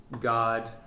God